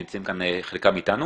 נמצאים כאן חלקם איתנו